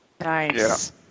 Nice